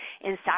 inside